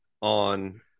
on